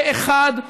פה אחד.